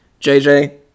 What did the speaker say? jj